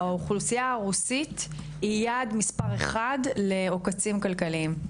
האוכלוסייה הרוסית היא יעד מספר אחד לעוקצים כלכליים,